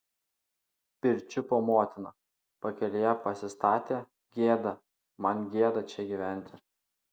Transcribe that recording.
pirčiupio motiną pakelėje pasistatė gėda man gėda čia gyventi